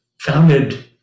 founded